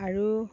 আৰু